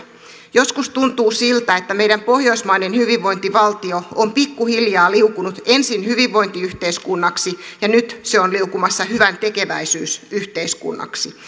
joskus tuntuu siltä että meidän pohjoismainen hyvinvointivaltio on pikkuhiljaa liukunut ensin hyvinvointiyhteiskunnaksi ja nyt se on liukumassa hyväntekeväisyysyhteiskunnaksi